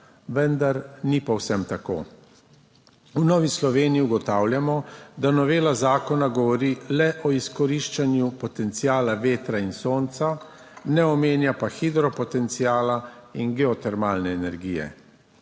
vendar ni povsem tako. V Novi Sloveniji ugotavljamo, da novela zakona govori le o izkoriščanju potenciala vetra in sonca, ne omenja pa hidropotenciala in geotermalne energije.